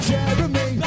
Jeremy